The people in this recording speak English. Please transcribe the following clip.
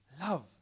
love